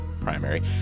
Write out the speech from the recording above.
primary